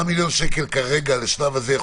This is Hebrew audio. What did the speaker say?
10 מיליון שקלים כרגע לשלב הזה,